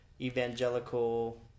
evangelical